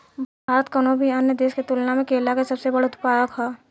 भारत कउनों भी अन्य देश के तुलना में केला के सबसे बड़ उत्पादक ह